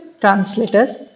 translators